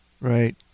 Right